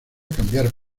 cambiar